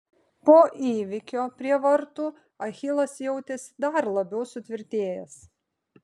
po įvykio prie vartų achilas jautėsi dar labiau sutvirtėjęs